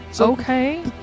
Okay